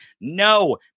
No